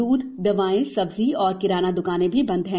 द्रध दवाएं सब्जी और किराना द्रकानें भी बंद हैं